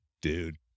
dude